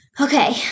Okay